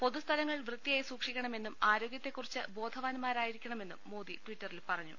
പൊതുസ്ഥലങ്ങൾ വൃത്തിയായി സൂക്ഷിക്കണമെന്നും ആരോഗൃത്തെകുറിച്ച് ബോധ വാൻമാരായിരിക്കണമെന്നും മോദി ടിറ്ററിൽ പറഞ്ഞു